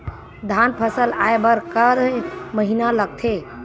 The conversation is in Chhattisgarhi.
धान फसल आय बर कय महिना लगथे?